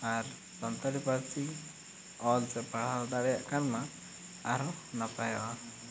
ᱟᱨ ᱥᱟᱱᱛᱟᱲᱤ ᱯᱟᱹᱨᱥᱤ ᱚᱞ ᱥᱮ ᱯᱟᱲᱦᱟᱣ ᱫᱟᱲᱮᱭᱟᱜ ᱠᱷᱟᱱ ᱢᱟ ᱟᱨ ᱱᱟᱯᱟᱭᱚᱜᱼᱟ